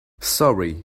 sorry